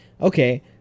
Okay